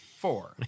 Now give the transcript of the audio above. four